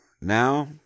now